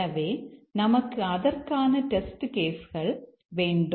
எனவே நமக்கு அதற்கான டெஸ்ட் கேஸ் கள் வேண்டும்